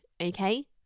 Okay